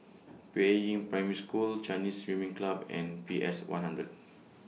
Peiying Primary School Chinese Swimming Club and P S one hundred